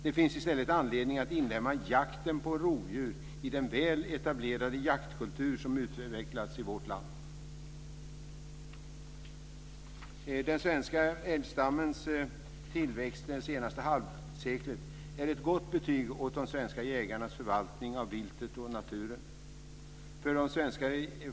Det finns i stället anledning att inlemma jakten på rovdjur i den väl etablerade jaktkultur som utvecklats i vårt land. Den svenska älgstammens tillväxt det senaste halvseklet är ett gott betyg åt de svenska jägarnas förvaltning av viltet och naturen.